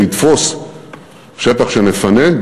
שיתפוס שטח שנפנה,